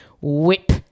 whip